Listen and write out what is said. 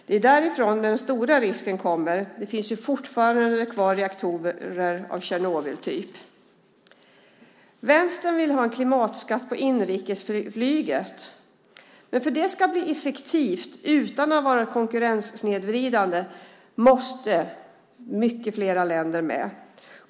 Det är därifrån den stora risken kommer. Det finns ju fortfarande kvar reaktorer av Tjernobyltyp. Vänstern vill ha en klimatskatt på inrikesflyget. Men för att det ska bli effektivt utan att vara konkurrenssnedvridande måste många fler länder med.